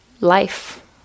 Life